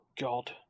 god